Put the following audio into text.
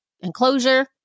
enclosure